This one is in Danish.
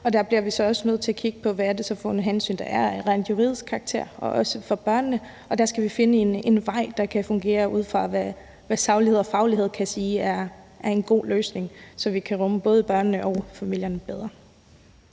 der bliver vi så også nødt til at kigge på, hvad for nogle hensyn der er af rent juridisk karakter, også i forhold til børnene, og der skal vi finde en vej, der kan fungere ud fra, hvad saglighed og faglighed kan sige er en god løsning, så vi kan rumme både børnene og familierne bedre.